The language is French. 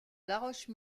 laroche